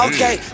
Okay